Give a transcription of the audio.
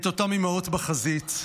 עם אותן אימהות בחזית,